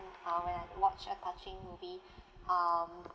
uh when I watch a touching movie um